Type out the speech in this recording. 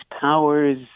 powers